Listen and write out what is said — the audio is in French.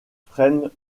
freinent